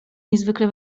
niezwykle